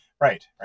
Right